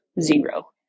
zero